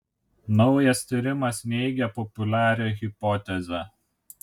naujas tyrimas neigia populiarią hipotezę